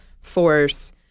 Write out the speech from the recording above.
force